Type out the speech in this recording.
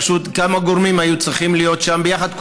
פשוט כמה גורמים היו צריכים להיות שם יחד,